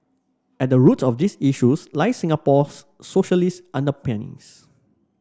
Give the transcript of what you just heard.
at the root of these issues lie Singapore's socialist underpinnings